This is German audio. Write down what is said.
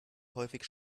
häufig